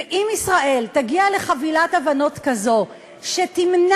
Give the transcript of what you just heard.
ואם ישראל תגיע לחבילת הבנות כזו שתמנע,